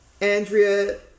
andrea